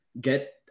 get